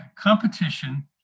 competition